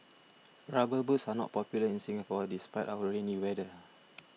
rubber boots are not popular in Singapore despite our rainy weather